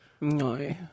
No